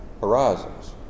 horizons